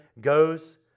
goes